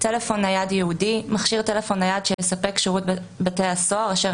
"טלפון נייד ייעודי" מכשיר טלפון נייד שיספק שירות בתי הסוהר אשר